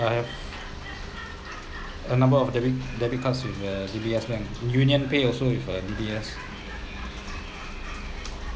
I have a number of debit debit card with a D_B_S bank UnionPay also with a D_B_S